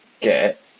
Get